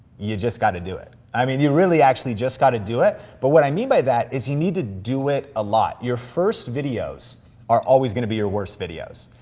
you just gotta do it. i mean, you really actually just gotta do it, but what i mean by that is you need to do it a lot. your first videos are always gonna be your worst videos,